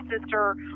sister